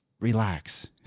relax